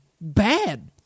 bad